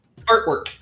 Artwork